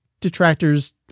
detractors